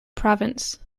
province